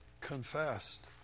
confessed